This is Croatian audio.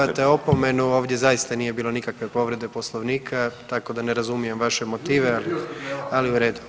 Dobivate opomenu, ovdje zaista nije bilo nikakve povrede Poslovnika, tako da ne razumijem vaše motive, ali u redu.